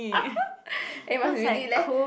eh must visit leh